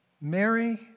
Mary